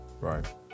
right